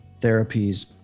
therapies